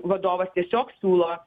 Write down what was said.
vadovas tiesiog siūlo